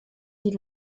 die